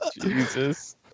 Jesus